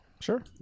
sure